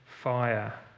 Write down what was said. fire